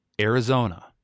Arizona